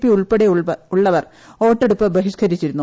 P ഉൾപ്പെടെ ഉള്ളവർ വോട്ടെടുപ്പ് ബഹിഷ്കരിച്ചിരുന്നു